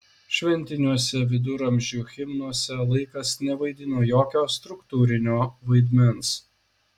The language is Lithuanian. šventiniuose viduramžių himnuose laikas nevaidino jokio struktūrinio vaidmens